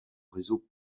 réseau